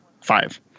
five